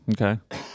Okay